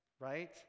right